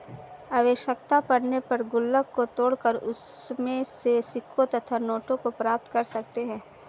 आवश्यकता पड़ने पर गुल्लक को तोड़कर उसमें से सिक्कों तथा नोटों को प्राप्त कर सकते हैं